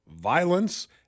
violence